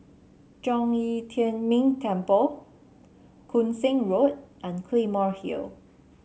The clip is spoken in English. Zhong Yi Tian Ming Temple Koon Seng Road and Claymore Hill